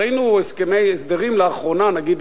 ראינו הסדרים לאחרונה, נגיד